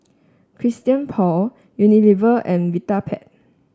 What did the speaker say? Christian Paul Unilever and Vitapet